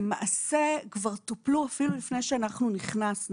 למעשה, כבר טופלו אפילו כבר לפני שאנחנו נכנסנו.